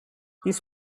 these